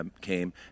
came